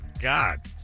God